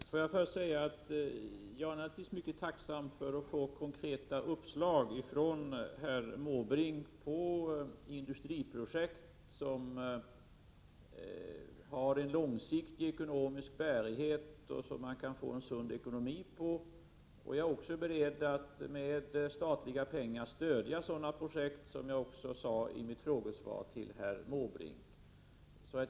Herr talman! Låt mig först säga att jag naturligtvis är mycket tacksam för att få konkreta uppslag från herr Måbrink till projekt som har en långsiktig ekonomisk bärighet och som kan få en sund ekonomi. Jag är också beredd att med statliga pengar stödja sådana projekt, som jag sade i mitt frågesvar till herr Måbrink.